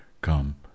come